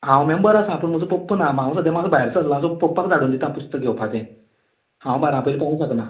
हांव मेंबर आसा पूण म्हजो पप्पा ना हांव सद्या मातसो भायर सरलां सो पप्पाक धाडून दिता पुस्तक घेवपाक तें हांव बारा पयली पावंक शकना